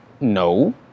no